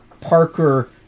Parker